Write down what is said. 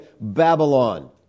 Babylon